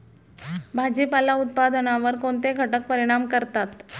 भाजीपाला उत्पादनावर कोणते घटक परिणाम करतात?